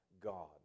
God